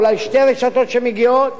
אולי שתי רשתות שמגיעות.